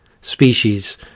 species